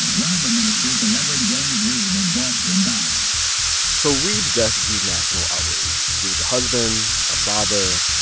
one of the ministers, the reverend james reeb of boston, died so reeb's death drew national outrage. he was a husband, a father,